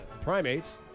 primates